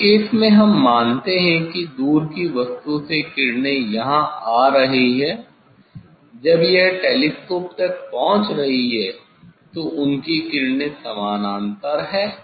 इस केस में हम मानते हैं कि दूर की वस्तु से किरणें यहाँ आ रही हैं जब यह टेलीस्कोप तक पहुँच रही है तो उनकी किरणें समानांतर हैं